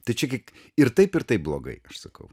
tai čia gi ir taip ir taip blogai aš sakau